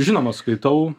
žinoma skaitau